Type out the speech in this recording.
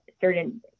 certain